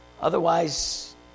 Otherwise